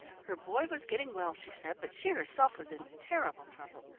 her boy was getting well, she said, but she herself was in terrible trouble.